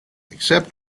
except